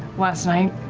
last night,